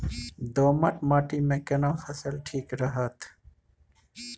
दोमट माटी मे केना फसल ठीक रहत?